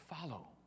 follow